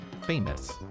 famous